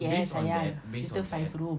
yes sayang kita five room